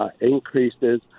increases